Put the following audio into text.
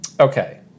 Okay